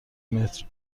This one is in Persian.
متر